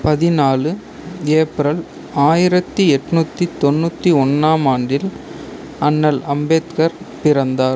பதினாலு ஏப்ரல் ஆயிரத்தி எட்நூற்று தொண்ணூற்று ஒன்றாமாண்டில் அண்ணல் அம்பேத்கார் பிறந்தார்